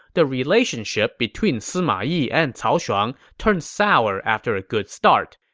the relationship between sima yi and cao shuang turned sour after a good start.